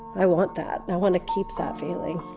i want that. i want to keep that feeling